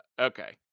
Okay